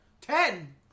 Ten